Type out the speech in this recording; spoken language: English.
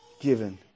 given